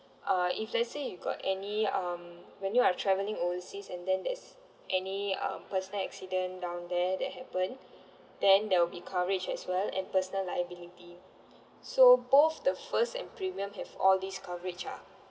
uh if let's say you got any um when you are travelling overseas and then there's any um personal accident down there that happen then there will be coverage as well and personal liability so both the first and premium have all these coverage ah